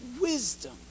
wisdom